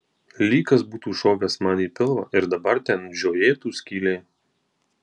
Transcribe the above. lyg kas būtų šovęs man į pilvą ir dabar ten žiojėtų skylė